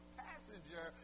passenger